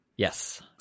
Yes